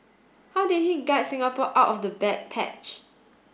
how did he guide Singapore out of the bad patch